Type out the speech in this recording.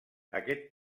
aquest